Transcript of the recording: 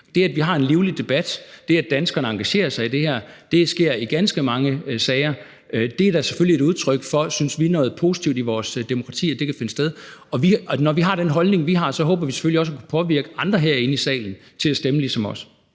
Det, at vi har en livlig debat, det, at danskerne engagerer sig i det her – og det sker i ganske mange sager – er da selvfølgelig et udtryk for, synes vi, noget positivt i vores demokrati, altså at det kan finde sted. Og når vi har den holdning, vi har, håber vi selvfølgelig også at kunne påvirke andre herinde i salen til at stemme ligesom os.